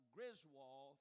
Griswold